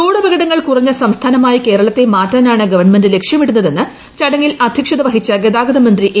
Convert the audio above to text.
റോഡപകടങ്ങൾ കുറഞ്ഞ സംസ്ഥാനമായി കേരളത്തെ മാറ്റാനാണ് ഗവൺമെന്റ് ലക്ഷ്യമിടുന്നതെന്ന് പടങ്ങിൽ അധ്യക്ഷത വഹിച്ച ഗതാഗത മന്ത്രി എ